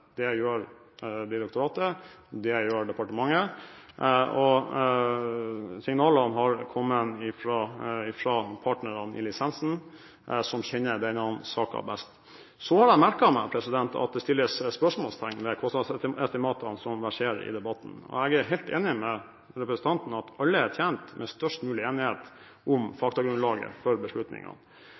Det gjør direktoratet, og det gjør departementet. Signalene har kommet fra partnerne i lisensen, som kjenner denne saken best. Så har jeg merket meg at det settes spørsmålstegn ved kostnadsestimatene som verserer i debatten, og jeg er helt enig med representanten i at alle er tjent med størst mulig enighet om faktagrunnlaget for beslutningene.